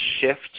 shift